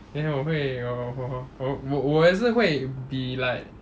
then 我会我我我我也是会 be like